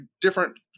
different